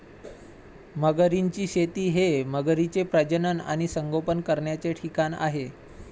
मगरींची शेती हे मगरींचे प्रजनन आणि संगोपन करण्याचे ठिकाण आहे